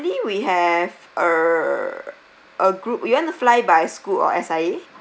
we have a a group you want to fly by Scoot or S_I_A